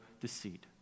deceit